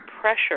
pressure